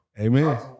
Amen